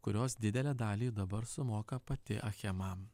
kurios didelę dalį dabar sumoka pati achema